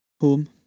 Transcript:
Home